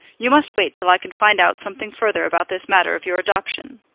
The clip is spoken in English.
you must wait till i can find out something further about this matter of your adoption.